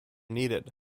needed